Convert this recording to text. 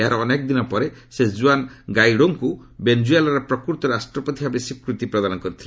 ଏହାର ଅନେକ ଦିନ ପରେ ସେ ଜୁଆନ ଗ୍ୱାଇଡୋଙ୍କୁ ବେନେକୁଏଲାର ପ୍ରକୃତ ରାଷ୍ଟ୍ରପତି ଭାବେ ସ୍ୱୀକୃତି ପ୍ରଦାନ କରିଥିଲେ